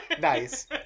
Nice